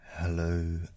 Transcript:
Hello